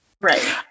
right